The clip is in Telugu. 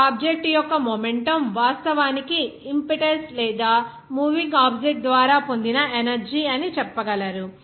ఒక ఆబ్జెక్ట్ యొక్క మొమెంటం వాస్తవానికి ఇంపెటస్ లేదా మూవింగ్ ఆబ్జెక్ట్ ద్వారా పొందిన ఎనర్జీ అని చెప్పగలరు